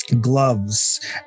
gloves